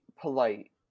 polite